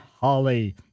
holly